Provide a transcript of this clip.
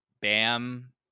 bam